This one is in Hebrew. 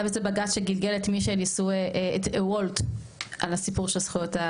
היה בג"צ שגלגל את וולט על הסיפור של הזכויות,